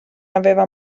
aveva